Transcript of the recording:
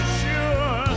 sure